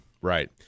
right